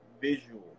visual